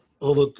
Over